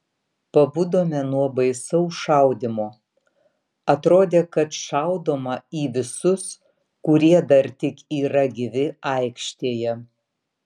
pabudome nuo baisaus šaudymo atrodė kad šaudoma į visus kurie dar tik yra gyvi aikštėje